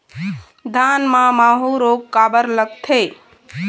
धान म माहू रोग काबर लगथे?